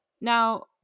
now